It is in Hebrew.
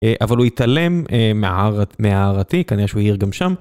אבל הוא התעלם מהערתי, כנראה שהוא יעיר גם שם.